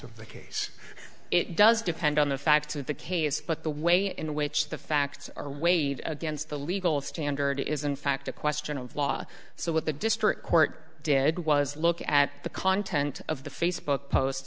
of the case it does depend on the facts of the case but the way in which the facts are weighed against the legal standard is in fact a question of law so what the district court did was look at the content of the facebook post